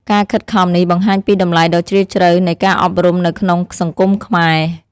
ការខិតខំនេះបង្ហាញពីតម្លៃដ៏ជ្រាលជ្រៅនៃការអប់រំនៅក្នុងសង្គមខ្មែរ។